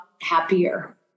happier